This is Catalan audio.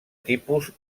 tipus